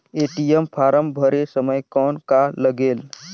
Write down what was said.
ATM form भरे समय कौन का लगेल?